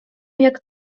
jak